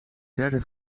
derde